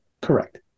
correct